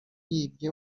yibwe